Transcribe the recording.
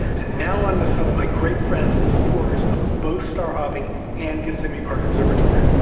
and now, onto some of my great friends and supporters of both star hopping an kissimmee park observatory.